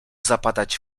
zapadać